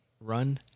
Run